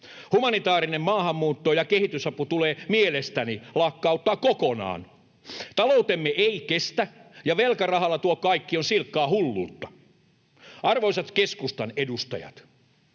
Humanitaarinen maahanmuutto ja kehitysapu tulee mielestäni lakkauttaa kokonaan. Taloutemme ei kestä, ja velkarahalla tuo kaikki on silkkaa hulluutta. Arvoisat keskustan edustajat